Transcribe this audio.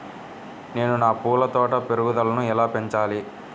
నేను నా పూల తోట పెరుగుదలను ఎలా పెంచాలి?